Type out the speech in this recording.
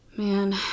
man